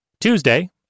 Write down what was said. Tuesday